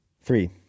Three